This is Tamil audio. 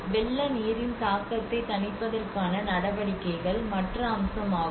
வெள்ளநீரின் தாக்கத்தை தணிப்பதற்கான நடவடிக்கைகள் மற்ற அம்சம் ஆகும்